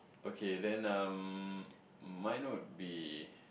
okay then um mine would be